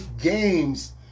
games